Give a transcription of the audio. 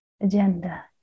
agenda